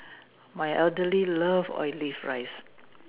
my elderly love Olive rice